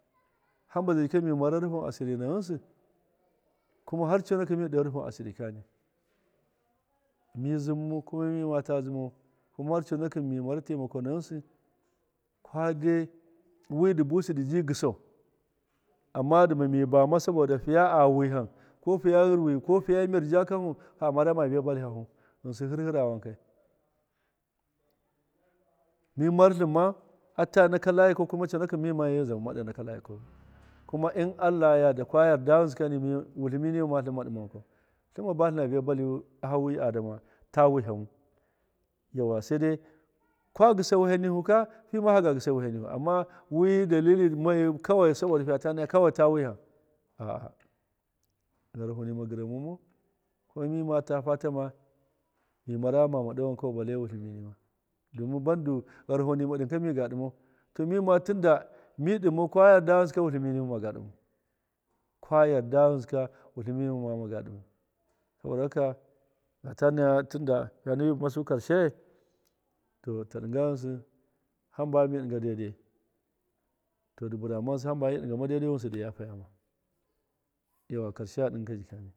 Hamba zai jika mi mara rufin asirina ghɨnsɨ kuma har conakɨn miɗo rufin asirikani mi zɨmmau kuma mi ma ta zɨmzu kumz har conakɨn mi mara taimako na ghɨnsɨ kwade wi dɨ busɨ dɨbi gɨsau ama dɨma mi bama saboda fiya a wiham ko fiya ghɨrɨwi ko fiya mir ja kanhu ha marama viya bali hafu ghɨnsɨ hɨrhɨra wankai mi martlɨnma ata naka layiakau mima mi zama ɗe naka layikau kuma in allah ya yarda kwa yarda ghɨnsɨ kama wutlɨmi nima ma tlɨn ma ɗɨma wankau tlɨn ma batlɨna viya bali hawi adama ta wihammu yau sede kwa gɨsa wiham nihuka fima haga gɨsa wiham niwasɨ ama wi dalili moyu kawai fiyata naya kawai ta wiham gharaho nima gɨrama mau kuma mima ta fatama mi mara ghamama ɗe wankau balle wutlɨ nima domin bandu gharaho nima ɗɨnka miga ɗɨmau mima tɨnda mi ɗɨmau ka yarda ghɨnsɨ wutlɨmi nima maga ɗɨmau kwa yarda ghɨnsɨka wutlɨmi nima ma ga ɗɨmau saboda haka mɨnata naya tɨnda hane mi bɨmasu karsheyau to ta ɗɨnga ghɨnsɨ hamba mi ɗɨnga dai- dai to dɨ bɨrama ghɨnsɨ hamba mi ɗɨnga ma dai dayu ghɨnsɨ dɨ yafayama.